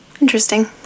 Interesting